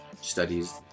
studies